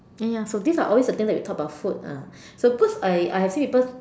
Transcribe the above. ya ya so these are always the thing we talk about food ah so because I I have seen people